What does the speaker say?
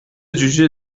جوجه